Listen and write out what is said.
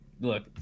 Look